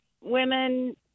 women